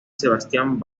sebastian